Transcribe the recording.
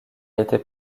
été